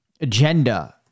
agenda